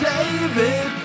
David